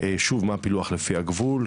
מה הפילוח לפי הגבול,